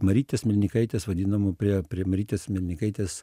marytės melnikaitės vadinamu prie prie marytės melnikaitės